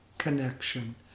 connection